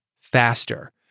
faster